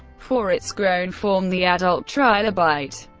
for its grown form, the adult trilobite,